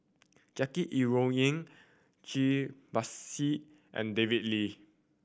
Jackie Yi Ru Ying Cai Bixia and David Lee